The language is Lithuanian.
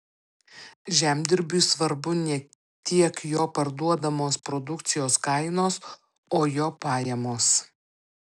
žemdirbiui svarbu ne tiek jo parduodamos produkcijos kainos o jo pajamos